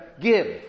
give